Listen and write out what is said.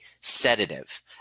sedative